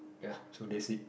so that's it